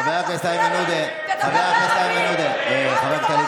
חבר הכנסת איימן עודה, חברת הכנסת טלי